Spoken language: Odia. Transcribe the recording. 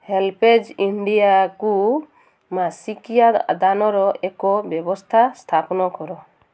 ହେଲ୍ପେଜ୍ ଇଣ୍ଡିଆକୁ ମାସିକିଆ ଦାନର ଏକ ବ୍ୟବସ୍ଥା ସ୍ଥାପନ କର